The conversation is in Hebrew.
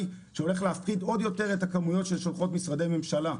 שהולך להפחית עוד יותר את הכמויות ששולחים משרדי ממשלה.